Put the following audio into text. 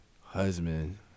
Husband